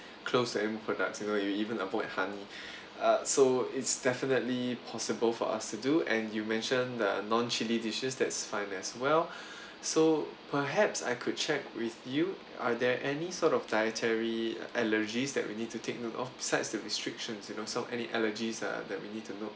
closed end products you know we even avoid honey uh so it's definitely possible for us to do and you mentioned uh non chili dishes that's fine as well so perhaps I could check with you are there any sort of dietary allergies that we need to take note of besides the restrictions you know some any allergies uh that we need to note